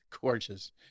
gorgeous